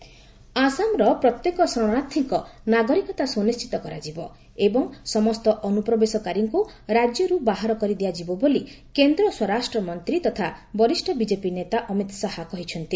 ଅମିତଶାହା ଆସାମ ଆସାମର ପ୍ରତ୍ୟେକ ଶରଣାର୍ଥୀଙ୍କ ନାଗରିକତା ସ୍ତନିଶ୍ଚିତ କରାଯିବ ଏବଂ ସମସ୍ତ ଅନୁପ୍ରବେଶକାରୀଙ୍କୁ ରାଜ୍ୟରୁ ବାହାର କରିଦିଆଯିବ ବୋଲି କେନ୍ଦ୍ର ସ୍ୱରାଷ୍ଟ୍ରମନ୍ତ୍ରୀ ତଥା ବରିଷ୍ଣ ବିଜେପି ନେତା ଅମିତ ଶାହା କହିଛନ୍ତି